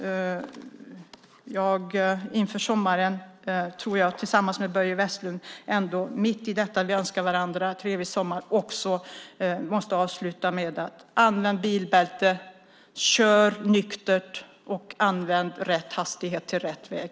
Inför sommaren tror jag att Börje Vestlund och jag mitt i detta önskar varandra trevlig sommar. Jag måste avsluta med: Använd bilbälte! Kör nykter! Och använd rätt hastighet till rätt väg!